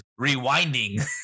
rewinding